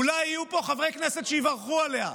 אולי יהיו פה חברי כנסת שיברכו עליה.